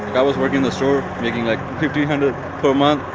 i was working in the store making ah fifteen hundred per month.